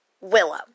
Willow